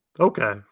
Okay